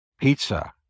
pizza